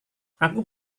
aku